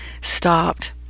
stopped